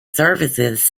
services